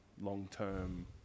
long-term